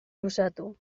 luzatu